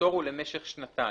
הפטור הוא למשך שנתיים.